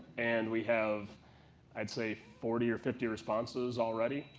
and we have i'd say forty or fifty responses already.